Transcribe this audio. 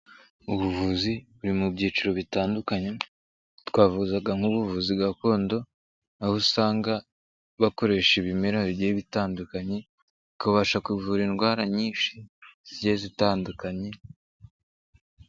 Ubuvuzi buri mu byiciro bitandukanye twavuzaga nk'ubuvuzi gakondo aho usanga bakoresha ibimera bigiye bitandukanye bikabasha kuvura indwara nyinshi zigiye zitandukanye.